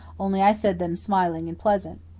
only i said them smiling and pleasant.